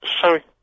sorry